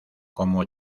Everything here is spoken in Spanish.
como